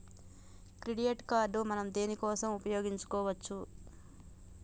Credit card మనం దేనికోసం ఉపయోగించుకోవచ్చు?